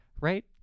Right